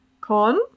Corn